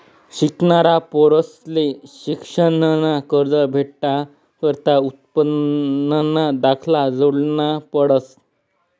शिकनारा पोरंसले शिक्शननं कर्ज भेटाकरता उत्पन्नना दाखला जोडना पडस